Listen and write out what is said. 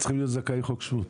זכאי חוק שבות?